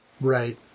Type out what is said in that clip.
right